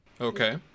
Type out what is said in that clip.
okay